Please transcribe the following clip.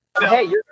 Hey